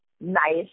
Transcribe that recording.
nice